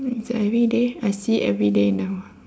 it's everyday I see it everyday now